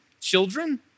children